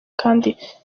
kdi